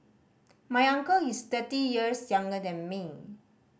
my uncle is thirty years younger than me